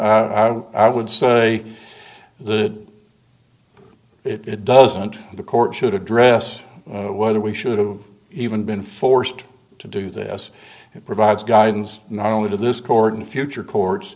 circuit i would say the it doesn't the court should address whether we should have even been forced to do this it provides guidance not only to this court in future courts